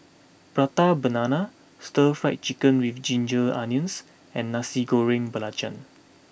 Prata Banana Stir Fry Chicken with Ginger Onions and Nasi Goreng Belacan